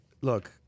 look